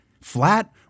flat